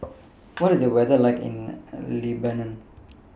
What IS The weather like in Lebanon